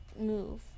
move